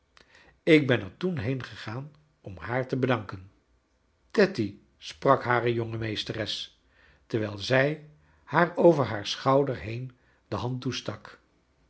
ik ben er toen heengcgaan om haar te bedanken tatty speak hare jonge meesteres terwijl zij haar over haar schouder been de band